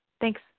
Thanks